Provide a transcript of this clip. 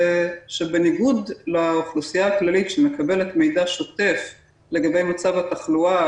בניגוד לאוכלוסייה הכללית שמקבלת מידע שוטף לגבי מצב התחלואה,